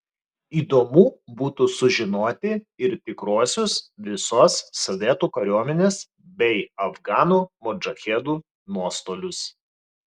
įdomu būtų sužinoti ir tikruosius visos sovietų kariuomenės bei afganų modžahedų nuostolius